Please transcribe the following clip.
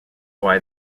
why